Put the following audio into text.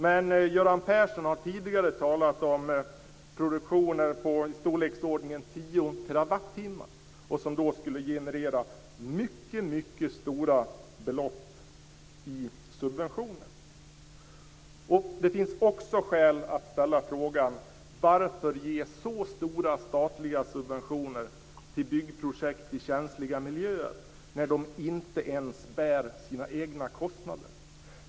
Men Göran Persson har tidigare talat om produktioner på i storleksordningen 10 terawattimmar och som då skulle generera mycket stora belopp i subventioner. Det finns skäl att ställa frågan: Varför ge så stora statliga subventioner till byggprojekt i känsliga miljöer när de inte ens bär sina egna kostnader?